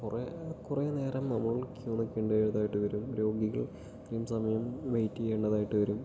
കുറെ കുറെ നേരം നമ്മൾ ക്യു നിൽക്കേണ്ടി വരുന്നതായിട്ട് വരും രോഗികൾ ഈ സമയം വെയിറ്റ് ചെയ്യേണ്ടതായിട്ട് വരും